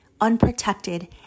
unprotected